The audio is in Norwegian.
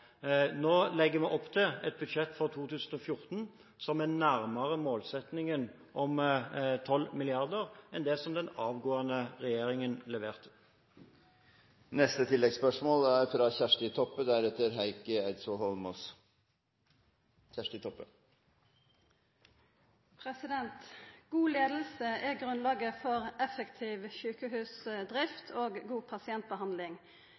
Nå legger vi opp til et budsjett for 2014 som er nærmere målsettingen om 12 mrd. kr, enn det som den avgåtte regjeringen leverte. Kjersti Toppe – til oppfølgingsspørsmål. God leiing er grunnlaget for effektiv sjukehusdrift og god pasientbehandling.